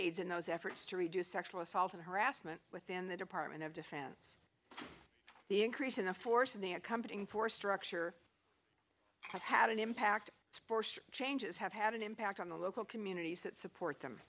aides in those efforts to reduce sexual assault and harassment within the department of defense the increase in the force and the accompanying force structure has had an impact force changes have had an impact on the local communities that support them